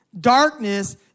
Darkness